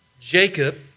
Jacob